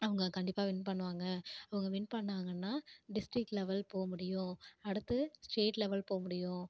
அவங்க கண்டிப்பாக வின் பண்ணுவாங்கள் அவங்க வின் பண்ணாங்கன்னால் டிஸ்டிக் லெவல் போக முடியும் அடுத்து ஸ்டேட் லெவல் போக முடியும்